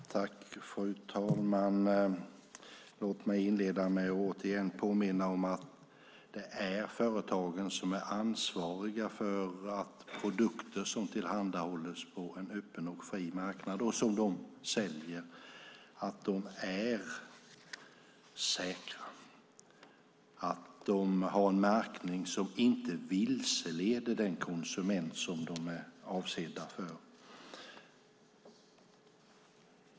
Fru talman! Låt mig inleda med att återigen påminna om att det är företagen som är ansvariga för att produkter som tillhandahålls på en öppen och fri marknad, och som de säljer, är säkra. De ska ha en märkning som inte vilseleder den konsument som de är avsedda för.